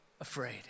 afraid